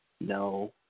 No